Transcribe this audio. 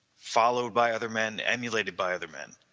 followed by other men, emulated by other men